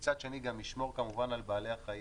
ומצד שני גם ישמור, כמובן, על בעלי החיים.